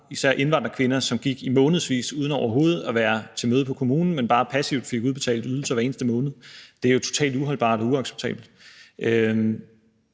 især indvandrerkvinder, som gik i månedsvis uden overhovedet at være til møde på kommunen, men bare passivt fik udbetalt ydelser hver eneste måned. Det er jo totalt uholdbart og uacceptabelt.